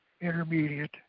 intermediate